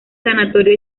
sanatorio